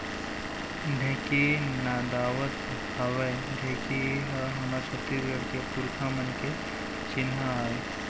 ढेंकी नदावत हावय ढेंकी ह हमर छत्तीसगढ़ के पुरखा मन के चिन्हा आय